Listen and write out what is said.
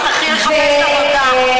בכנסת הבאה תצטרכי לחפש עבודה יותר רווחית.